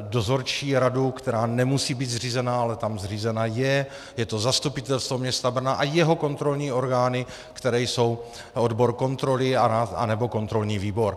dozorčí radu, která nemusí být zřízena, ale tam zřízena je, je to Zastupitelstvo města Brna a jeho kontrolní orgány, které jsou odbor kontroly anebo kontrolní výbor.